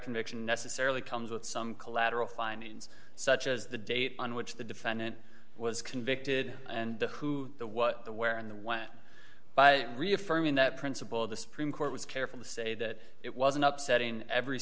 conviction necessarily comes with some collateral findings such as the date on which the defendant was convicted and who the what the where and the when but reaffirming that principle the supreme court was careful to say that it was an upset in every